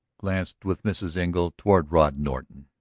glanced with mrs. engle toward rod norton.